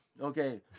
Okay